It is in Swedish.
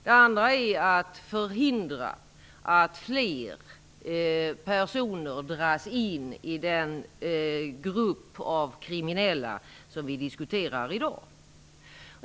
Det andra är att förhindra att fler personer dras in i den grupp av kriminella som vi diskuterar i dag.